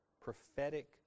prophetic